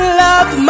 love